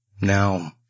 Now